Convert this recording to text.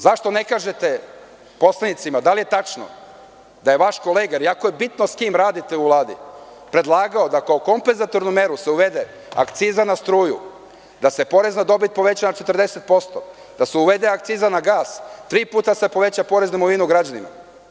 Zašto ne kažete poslanicima da li je tačno da je vaš kolega, jer jako je bitno sa kim radite u Vladi, predlagao da kao kompezatorna mera se uvede akciza na struju, da se porez na dobit poveća na 40%, da se uvede akciza na gas, tri puta da se poveća porez na imovinu građanima?